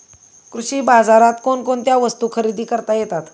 कृषी बाजारात कोणकोणत्या वस्तू खरेदी करता येतात